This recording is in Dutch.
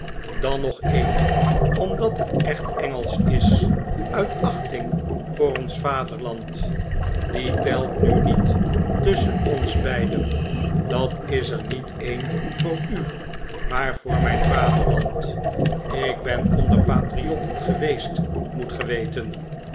dan nog een omdat het echt engelsch is uit achting voor ons vaderland die telt nu niet tusschen ons beiden dat is er niet een voor u maar voor mijn vaderland ik ben onder patriotten geweest moot ge weten